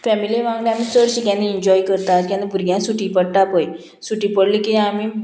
family वांगडा आमी चडशी इंजॉय करता केन्ना भुरग्यांक सुटी पडटा पय सुटी पडली की आमी